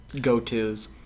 go-to's